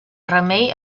remei